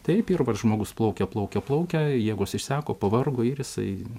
taip ir žmogus plaukia plaukia plaukia jėgos išseko pavargo ir jisai